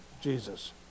Jesus